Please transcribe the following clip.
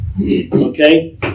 Okay